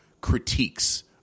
critiques